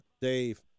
Dave